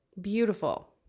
beautiful